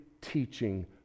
teaching